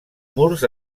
murs